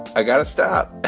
i got to stop.